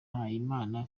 mpayimana